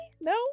No